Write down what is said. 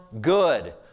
good